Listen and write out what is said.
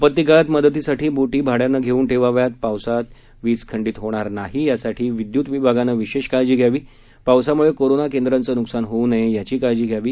आपत्ती काळात मदतीसाठी बोटी भाड्यानं घेऊन ठेवाव्यात पावसाळात वीज खंडीत होणार नाही यासाठी विद्युत विभागानं विशेष काळजी घ्यावी पावसामुळे कोरोना केंद्रांपं नुकसान होऊ नये याची काळजी घ्यावी